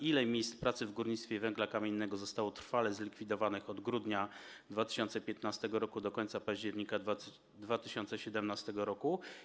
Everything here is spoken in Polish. Ile miejsc pracy w górnictwie węgla kamiennego zostało trwale zlikwidowanych od grudnia 2015 r. do końca października 2017 r.